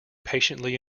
patiently